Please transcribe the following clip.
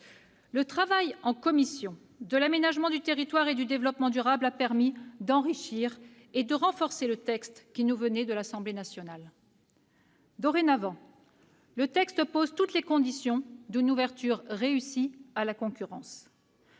Le travail en commission de l'aménagement du territoire et du développement durable a permis d'enrichir et de renforcer le texte transmis par l'Assemblée nationale : désormais, le projet de loi prévoit toutes les conditions d'une ouverture réussie à la concurrence.